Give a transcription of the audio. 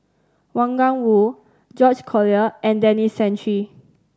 Wang Gungwu George Collyer and Denis Santry